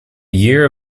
year